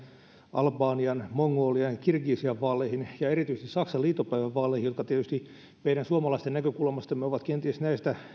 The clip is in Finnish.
albanian mongolian ja kirgisian vaaleihin ja erityisesti saksan liittopäivävaaleihin jotka tietysti meidän suomalaisten näkökulmasta ovat kenties näistä